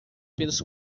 pelos